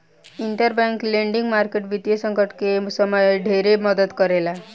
interbank lending market वित्तीय संकट के समय में ढेरे मदद करेला